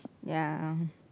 ya